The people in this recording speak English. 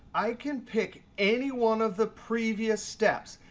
i can pick any one of the previous steps.